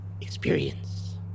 experience